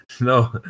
no